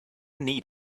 need